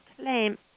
claim